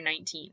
19